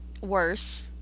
worse